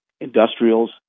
industrials